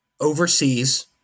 overseas